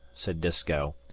said disko.